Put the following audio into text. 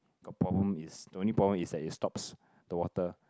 got problem is the only problem is like you stops the water